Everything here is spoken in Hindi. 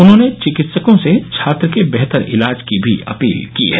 उन्होंने चिकित्सकों से छात्र के बेहतर इलाज की भी अपील की है